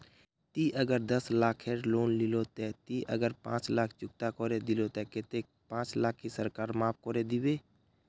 ती अगर दस लाख खेर लोन लिलो ते ती अगर पाँच लाख चुकता करे दिलो ते कतेक पाँच लाख की सरकार माप करे दिबे?